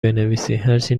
بنویسین، هرچی